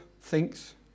thinks